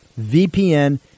VPN